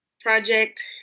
Project